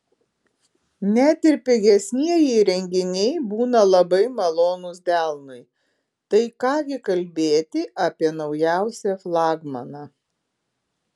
net ir pigesnieji įrenginiai būna labai malonūs delnui tai ką gi kalbėti apie naujausią flagmaną